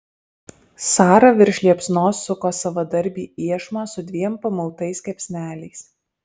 sara virš liepsnos suko savadarbį iešmą su dviem pamautais kepsneliais